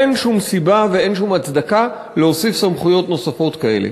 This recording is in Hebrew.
אין שום סיבה ואין שום הצדקה להוסיף סמכויות כאלה.